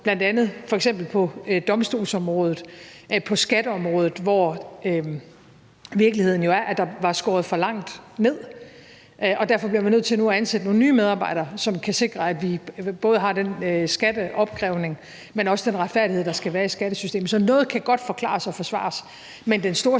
på mål for, f.eks. på domstolsområdet, på skatteområdet, hvor virkeligheden jo er, at der var skåret for langt ned, og derfor bliver man nødt til nu at ansætte nogle nye medarbejdere, som kan sikre, at vi både har den skatteopkrævning, men også den retfærdighed, der skal være i skattesystemet. Så noget kan godt forklares og forsvares, men den store